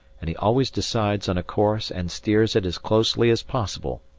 and he always decides on a course and steers it as closely as possible,